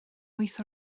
wyth